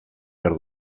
behar